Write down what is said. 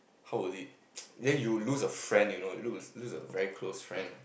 how was it then you lose a friend you know lose a very close friend